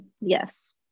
Yes